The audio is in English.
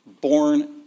born